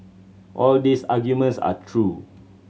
all these arguments are true